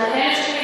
1,000 שקלים,